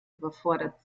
überfordert